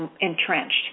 entrenched